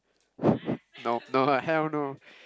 no no hell no